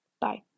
Bye